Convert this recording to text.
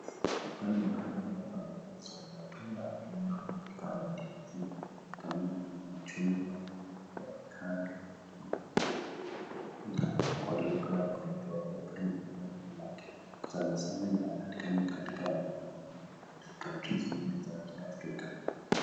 Hapa ni mahali pa kuuza matunda aina mingi kama ndizi, kama machungwa, ovacado, maembe, na kwa lugha inaitwa open air market , sanasana inapatikana katika hizi countries mingi za kiafrika.